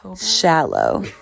shallow